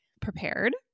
prepared